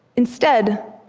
instead,